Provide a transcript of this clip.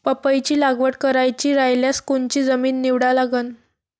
पपईची लागवड करायची रायल्यास कोनची जमीन निवडा लागन?